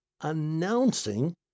announcing